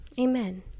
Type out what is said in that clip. Amen